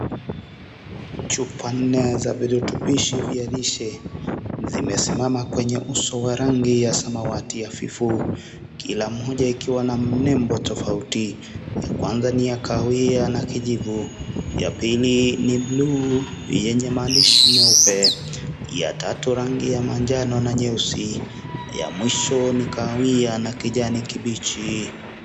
Chupa nne za virutubishi vya lishe zimesimama kwenye uso wa rangi ya samawati hafifu. Kila mmoja ikiwa na nembo tofauti. Ya kwanza ni ya kahawia na kijivu, ya pili ni bluu yenye maandishi meupe, ya tatu rangi ya manjano na nyeusi na ya mwisho ni kahawia na kijani kibichi.